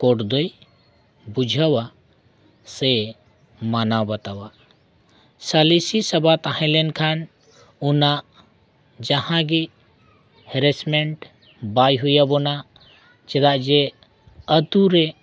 court ᱫᱚᱭ ᱵᱩᱡᱷᱟᱹᱣᱟ ᱥᱮ ᱢᱟᱱᱟᱣ ᱵᱟᱛᱟᱣᱟ ᱥᱟᱞᱤᱥᱤ ᱥᱚᱵᱷᱟ ᱛᱟᱦᱮᱸ ᱞᱮᱱ ᱠᱷᱟᱱ ᱚᱱᱟ ᱡᱟᱦᱟᱸ ᱜᱮ ᱦᱮᱨᱮᱥᱢᱮᱱᱴ ᱵᱟᱭ ᱦᱩᱭᱟᱵᱚᱱᱟ ᱪᱮᱫᱟᱜ ᱥᱮ ᱟᱛᱳᱨᱮ